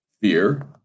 fear